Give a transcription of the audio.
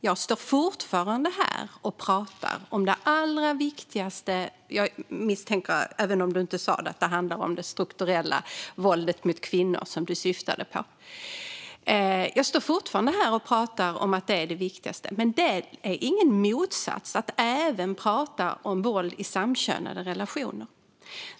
Jag står fortfarande här och pratar om det allra viktigaste - jag misstänker att du syftade på det strukturella våldet mot kvinnor, även om du inte sa det - men det är ingen motsats mot att även prata om våld i samkönade relationer.